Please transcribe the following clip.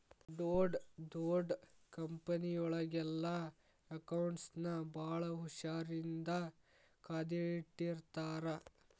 ಡೊಡ್ ದೊಡ್ ಕಂಪನಿಯೊಳಗೆಲ್ಲಾ ಅಕೌಂಟ್ಸ್ ನ ಭಾಳ್ ಹುಶಾರಿನ್ದಾ ಕಾದಿಟ್ಟಿರ್ತಾರ